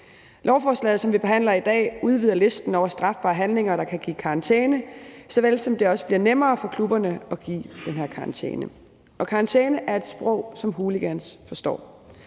Lovforslaget, som vi behandler i dag, udvider listen over strafbare handlinger, der kan give karantæne, ligesom det også bliver nemmere for klubberne at give den her karantæne. Og karantæne er et sprog, som hooligans forstår.